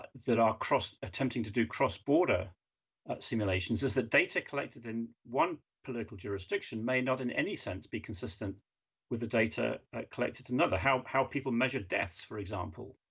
that are cross, attempting to do cross-border simulations as the data collected in one political jurisdiction may not, in any sense, be consistent with the data collected in another. how how people measure deaths, for example,